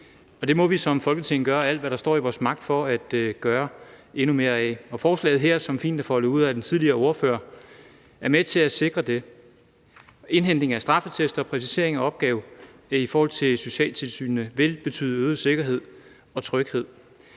Det må vi som Folketing gøre alt, hvad der står i vores magt, for at sikre endnu mere. Forslaget her, som fint blev foldet ud af den tidligere ordfører, er med til at sikre det. Indhentning af straffeattest og præcisering af opgaver i forhold til socialtilsynene vil betyde øget sikkerhed og tryghed.